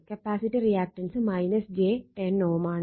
capacitor reactance j 10 Ω ആണ്